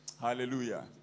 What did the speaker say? Hallelujah